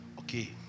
Okay